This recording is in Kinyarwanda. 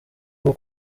bwo